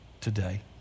Today